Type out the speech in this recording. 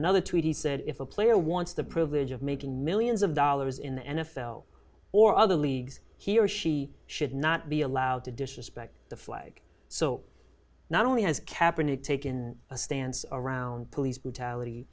another tweet he said if a player wants the privilege of making millions of dollars in the n f l or other leagues he or she should not be allowed to disrespect the flag so not only has captain it taken a stance or around police brutality